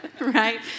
right